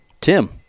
Tim